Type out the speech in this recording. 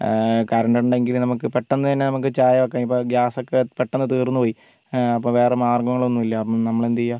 current ഉണ്ടെങ്കിൽ നമുക്ക് പെട്ടെന്ന് തന്നെ നമുക്ക് ചായ വെക്കാനും ഇപ്പം ഗ്യാസ് ഒക്കെ പെട്ടെന്ന് തീർന്ന് പോയി അപ്പോൾ വേറെ മാർഗ്ഗങ്ങൾ ഒന്നുമില്ല നമ്മൾ എന്തെയ്യാ